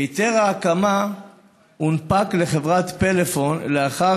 היתר ההקמה הונפק לחברת פלאפון לאחר